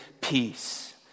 peace